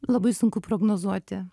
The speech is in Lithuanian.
labai sunku prognozuoti